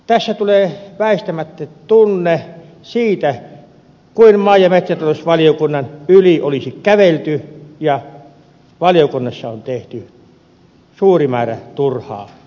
tässä tulee väistämättä sellainen tunne kuin maa ja metsätalousvaliokunnan yli olisi kävelty ja valiokunnassa olisi tehty suuri määrä turhaa työtä